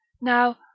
Now